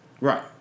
Right